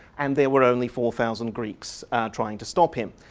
and there were only four thousand greeks trying to stop him.